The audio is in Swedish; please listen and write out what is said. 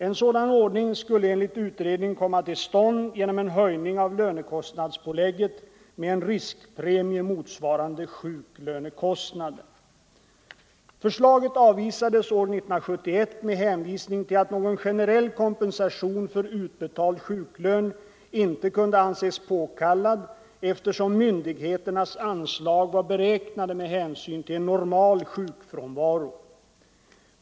En sådan ordning skulle enligt utredningen komma till stånd genom en höjning av lönekostnadspålägget med en riskpremie motsvarande sjuklönekostnaden, Förslaget avvisades år 1971 med hänvisning till att någon generell kompensation för utbetald sjuklön inte kunde anses påkallad eftersom myndigheternas anslag var beräknade med hänsyn till en normal sjukfrånvaro .